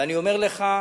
ואני אומר לך,